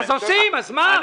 אז עושים, אז מה?